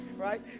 Right